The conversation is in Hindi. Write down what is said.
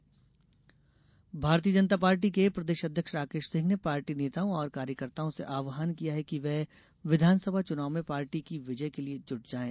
भाजपा बयान भारतीय जनता पार्टी के प्रदेश अध्यक्ष राकेश सिंह ने पार्टी नेताओं और कार्यकर्ताओं से आव्हान किया है कि वे विधानसभा चुनाव में पार्टी की विजय के लिए जूट जाये